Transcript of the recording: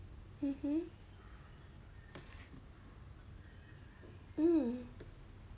mmhmm mm